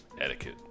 etiquette